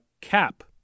cap